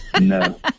No